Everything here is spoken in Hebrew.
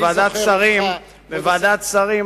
בוועדת שרים,